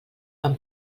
amb